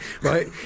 right